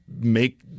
make